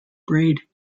braid